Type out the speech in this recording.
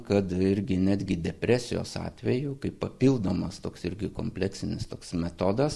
kad irgi netgi depresijos atveju kai papildomas toks irgi kompleksinis toks metodas